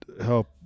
help